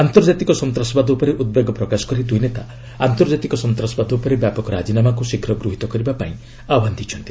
ଆନ୍ତର୍ଜାତିକ ସନ୍ତାସବାଦ ଉପରେ ଉଦ୍ବେଗ ପ୍ରକାଶ କରି ଦୁଇ ନେତା ଆନ୍ତର୍କାତିକ ସନ୍ତାସବାଦ ଉପରେ ବ୍ୟାପକ ରାଜିନାମାକୁ ଶୀଘ୍ର ଗୃହିତ କରିବା ପାଇଁ ଆହ୍ୱାନ ଦେଇଛନ୍ତି